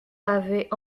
avaient